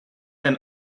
can